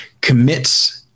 commits